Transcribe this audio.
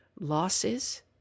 losses